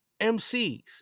MCs